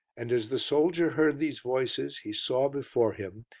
and as the soldier heard these voices he saw before him,